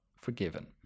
forgiven